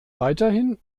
weiterhin